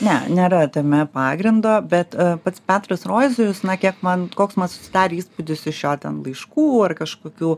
ne nėra tame pagrindo bet pats petras roizijus na kiek man koks man susidarė įspūdis iš jo ten laiškų ar kažkokių